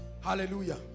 hallelujah